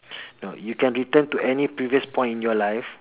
no you can return to any previous point in your life